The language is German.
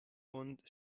und